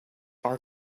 our